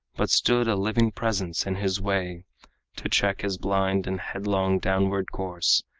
but stood a living presence in his way to check his blind and headlong downward course,